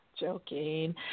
Joking